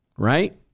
Right